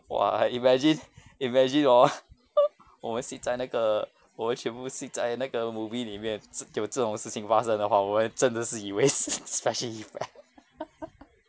!wah! imagine imagine hor 我们 sit 在那个我们全部 sit 在那个 movie 里面就有这种事情发生的话我们真的是以为 s~ special effect